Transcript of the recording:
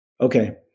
Okay